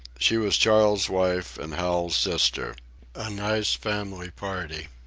she was charles's wife and hal's sister a nice family party.